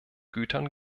gütern